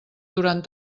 durant